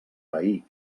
veí